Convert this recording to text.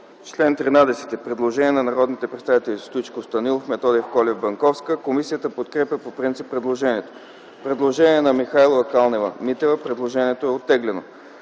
27 има предложение от народните представители Стоичков, Станилов, Методиев, Колев, Банковска. Комисията подкрепя предложението. Предложение на Михайлова, Калнева-Митева. Предложението е оттеглено.